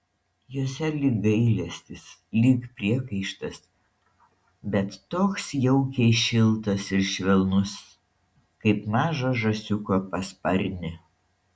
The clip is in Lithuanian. jose lyg gailestis lyg priekaištas bet toks jaukiai šiltas ir švelnus kaip mažo žąsiuko pasparnė